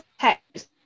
text